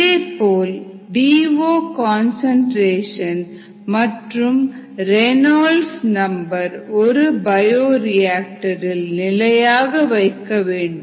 இதேபோல் D O concentration மற்றும் Reynolds நம்பரை Reynold's number ஒரு பயோரியாக்டரில் நிலையாக வைக்கவேண்டும்